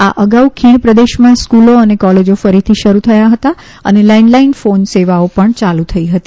આ અગાઉ ખીણ પ્રદેશમાં સ્ક્રૂલ કોલેજો ફરીથી શરૂ થયા હતા અને લેન્ડલાઈન ફોન સેવાઓ પણ યાલુ થઈ હતી